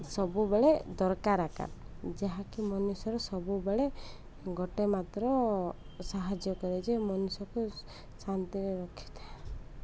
ସବୁବେଳେ ଦରକାର ଆକାର ଯାହାକି ମନୁଷ୍ୟର ସବୁବେଳେ ଗୋଟେ ମାତ୍ର ସାହାଯ୍ୟ କରେ ଯେ ମନୁଷ୍ୟକୁ ଶାନ୍ତିରେ ରଖିଥାଏ